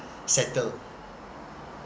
settle